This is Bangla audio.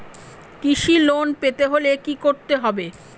কৃষি লোন পেতে হলে কি করতে হবে?